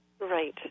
Right